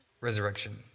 resurrection